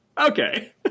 Okay